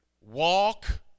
walk